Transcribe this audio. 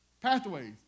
Pathways